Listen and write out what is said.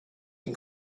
can